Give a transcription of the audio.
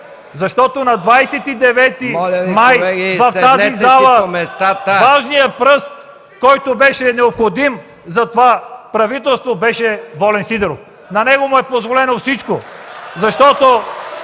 ЦВЕТАН ЦВЕТАНОВ: В тази зала важният пръст, който беше необходим за това правителство, беше Волен Сидеров! На него му е позволено всичко!